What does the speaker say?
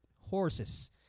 horses